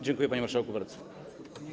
Dziękuję, panie marszałku, bardzo.